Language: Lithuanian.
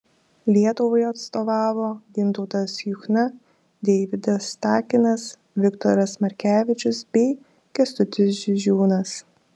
lietuvai atstovavo gintautas juchna deividas takinas viktoras markevičius bei kęstutis žižiūnas